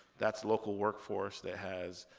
that's local workforce that has